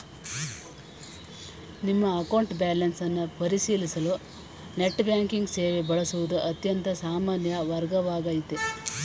ನಿಮ್ಮ account balance ಅನ್ನ ಪರಿಶೀಲಿಸಲು ನೆಟ್ ಬ್ಯಾಂಕಿಂಗ್ ಸೇವೆ ಬಳಸುವುದು ಅತ್ಯಂತ ಸಾಮಾನ್ಯ ಮಾರ್ಗವಾಗೈತೆ